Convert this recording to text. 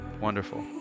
Wonderful